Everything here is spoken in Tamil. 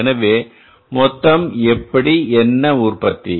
எனவே மொத்தஎப்படி என்ன உற்பத்தி